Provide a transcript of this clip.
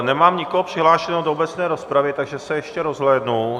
Nemám nikoho přihlášeného do obecné rozpravy, takže se ještě rozhlédnu.